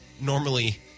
normally